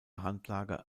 hanglage